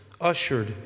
ushered